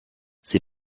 ces